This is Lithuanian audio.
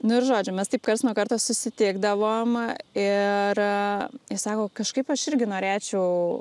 nu ir žodžiu mes taip karts nuo karto susitikdavom ir jis sako kažkaip aš irgi norėčiau